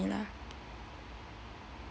lah